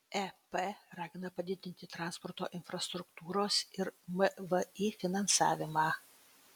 ep ragina padidinti transporto infrastruktūros ir mvį finansavimą